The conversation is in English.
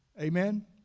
Amen